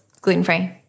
gluten-free